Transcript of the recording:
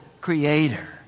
creator